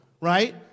right